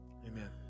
Amen